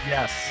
Yes